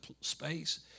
space